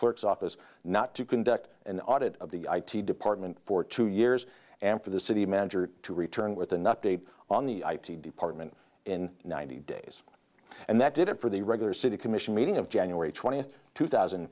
clerk's office not to conduct an audit of the i t department for two years and for the city manager to return with an update on the i t department in ninety days and that did it for the regular city commission meeting of january twentieth two thousand